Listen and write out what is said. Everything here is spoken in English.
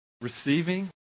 receiving